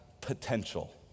potential